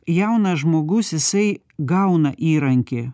jaunas žmogus jisai gauna įrankį